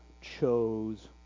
chose